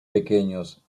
pequeños